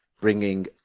bringing